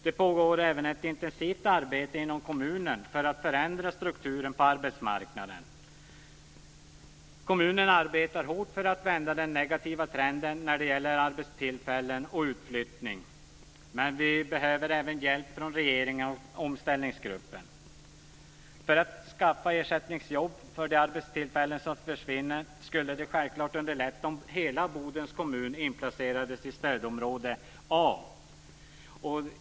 Det pågår även ett intensivt arbete inom kommunen för att förändra strukturen på arbetsmarknaden. Kommunen arbetar hårt för att vända den negativa trenden när det gäller arbetstillfällen och utflyttning. Men vi behöver även hjälp från regeringen och Omställningsgruppen. För att skaffa ersättningsjobb för de arbetstillfällen som försvinner skulle det självklart underlätta om hela Bodens kommun inplacerades i stödområde A.